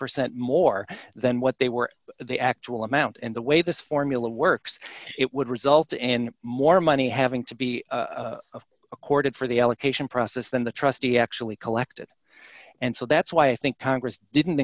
percent more than what they were the actual amount and the way this formula works it would result in more money having to be accorded for the allocation process than the trustee actually collected and so that's why i think congress didn't